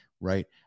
right